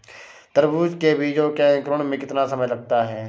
तरबूज के बीजों के अंकुरण में कितना समय लगता है?